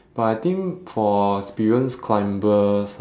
but I think for experienced climbers